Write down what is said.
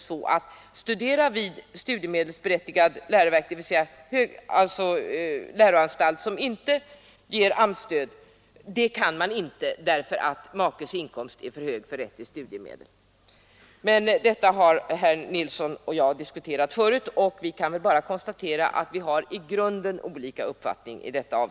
De kan inte studera vid läroanstalt där man inte får AMS-stöd, och detta därför att makens inkomst är för hög för att hon skall ha rätt till studiemedel. Herr Nilsson i Kristianstad och jag har tidigare diskuterat de här sakerna, och vi kan väl nu bara konstatera att vi har i grund olika uppfattningar.